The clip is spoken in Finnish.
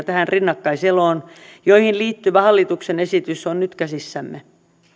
tähän rinnakkaiseloon parannuksia joihin liittyvä hallituksen esitys on nyt käsissämme